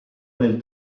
nel